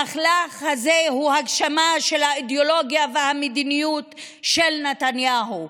המהלך הזה הוא הגשמה של האידיאולוגיה והמדיניות של נתניהו.